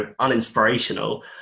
uninspirational